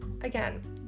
again